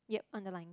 yup underlined